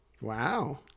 Wow